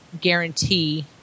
guarantee